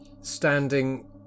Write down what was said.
standing